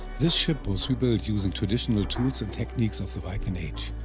this ship was rebuilt using traditional tools and techniques of the viking age.